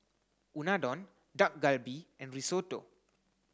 Unadon Dak Galbi and Risotto